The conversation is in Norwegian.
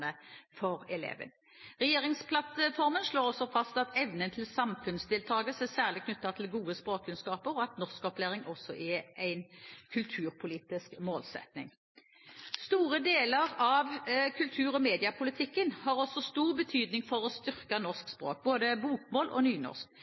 for elevene. Regjeringsplattformen slår også fast at evnen til samfunnsdeltakelse er særlig knyttet til gode norskkunnskaper, og at norskopplæring også er en kulturpolitisk målsetting. Store deler av kultur- og mediepolitikken har også stor betydning for å styrke norsk